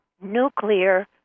nuclear